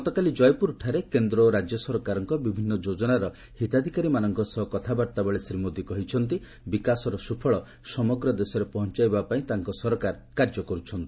ଗତକାଲି ଜୟପୁରଠାରେ କେନ୍ଦ୍ର ଓ ରାଜ୍ୟ ସରକାରଙ୍କ ବିଭିନ୍ନ ଯୋଜନାର ହିତାଧିକାରୀମାନଙ୍କ ସହ କଥାବାର୍ତ୍ତାବେଳେ ଶ୍ରୀ ମୋଦି କହିଛନ୍ତି ବିକାଶର ସୁଫଳ ସମଗ୍ର ଦେଶରେ ପଞ୍ଚାଇବା ପାଇଁ ତାଙ୍କ ସରକାର କାର୍ଯ୍ୟ କରୁଛନ୍ତି